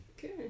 Good